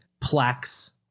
plaques